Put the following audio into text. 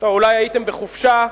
אולי הייתם בחופשה.